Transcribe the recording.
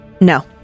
No